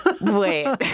Wait